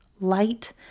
light